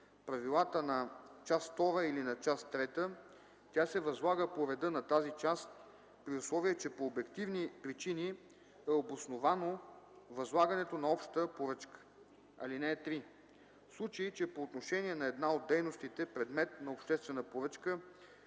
правилата на част втора или на част трета, тя се възлага по реда на тази част, при условие че по обективни причини е обосновано възлагането на обща поръчка. (3) В случай че по отношение на една от дейностите – предмет на обществена поръчка,